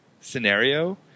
scenario